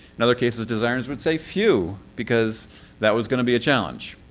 in other cases, designers might say phew! because that was gonna be a challenge.